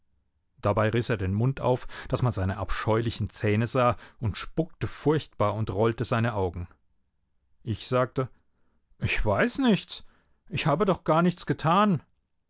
dabei riß er den mund auf daß man seine abscheulichen zähne sah und spuckte furchtbar und rollte seine augen ich sagte ich weiß nichts ich habe doch gar nichts getan